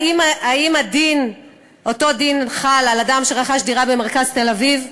האם אותו דין חל על אדם שרכש דירה במרכז תל-אביב?